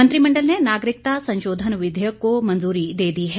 मंत्रिमण्डल ने नागरिकता संशोधन विधेयक को मंजूरी दे दी है